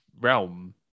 realm